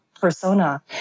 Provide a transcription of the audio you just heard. persona